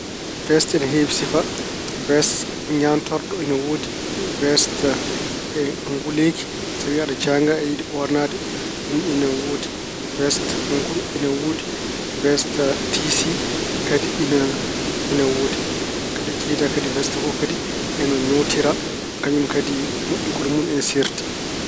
West ina heewi sifaa. West ñaantorɗo ina woodi. West nguleeki, so tawi aɗa jaanga aɗa yiɗi ɓoornaade, ɗum ina woodi. West nguru ina woodi. West tisii kadi ina wodi. Kadi jidaa kadi west fof kadi hono ñootira. Kañum kadi moƴƴugol mun ina seerti.